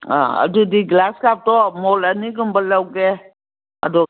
ꯑꯥ ꯑꯗꯨꯗꯤ ꯒ꯭ꯔꯥꯁꯀꯞꯇꯣ ꯃꯣꯟ ꯑꯅꯤꯒꯨꯝꯕ ꯂꯧꯒꯦ ꯑꯗꯣ